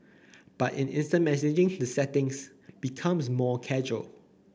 but in instant messaging the settings becomes more casual